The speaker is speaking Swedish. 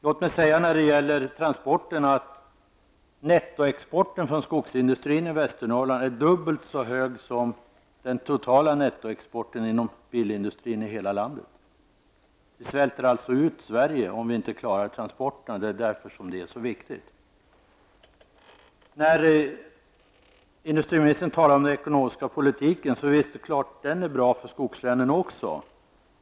Beträffande transporterna är nettoexporten från skogsindustrin i Västernorrland dubbel så hög som den totala nettoexporten från bilindustrin i Sverige. Om inte transporterna klaras, svälter man alltså ut hela Sverige. Det är därför som detta är så viktigt. Industriministern talade om den ekonomiska politiken. Det är klart att den är bra också för skogslänen.